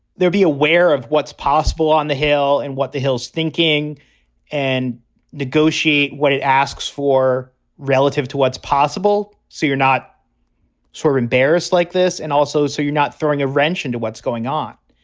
they'll be aware of what's possible on the hill and what the hill's thinking and negotiate what it asks for relative to what's possible. so you're not sort of embarrassed like this. and also so you're not throwing a wrench into what's going on.